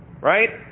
right